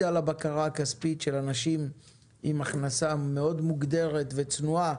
על הבקרה הכספית של אנשים עם הכנסה מוגדרת מאוד וצנועה.